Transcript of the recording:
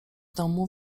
domu